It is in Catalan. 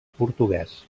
portuguès